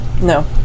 No